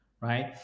right